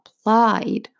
applied